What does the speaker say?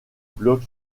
bloc